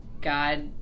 God